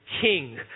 king